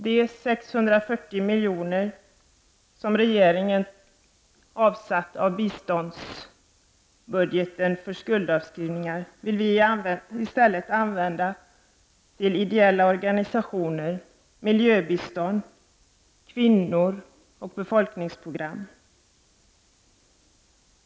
De 640 milj.kr. som regeringen i biståndsbudgeten har avsatt för skuldavskrivningar vill vi i stället använda för ideella organisationer: miljöbistånd, kvinnor och befolkningsprogram.